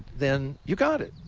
then you got it.